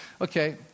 Okay